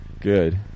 good